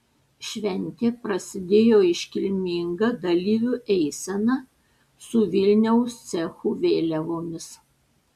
šventė prasidėjo iškilminga dalyvių eisena su vilniaus cechų vėliavomis